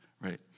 right